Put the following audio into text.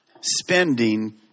spending